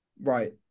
right